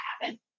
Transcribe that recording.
happen